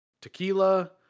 tequila